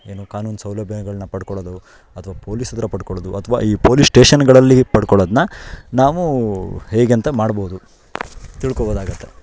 ಏನು ಕಾನೂನು ಸೌಲಭ್ಯಗಳ್ನ ಪಡ್ಕೊಳ್ಳೋದು ಅಥವಾ ಪೋಲೀಸ್ ಹತ್ತಿರ ಪಡ್ಕೊಳ್ಳೋದು ಅಥವಾ ಈ ಪೋಲೀಸ್ ಸ್ಟೇಷನ್ಗಳಲ್ಲಿ ಪಡ್ಕೊಳ್ಳೋದ್ನ ನಾವು ಹೇಗೆ ಅಂತ ಮಾಡ್ಬೋದು ತಿಳ್ಕೊಳ್ಬೋದಾಗುತ್ತೆ